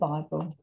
Bible